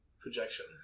projection